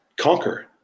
conquer